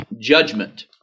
judgment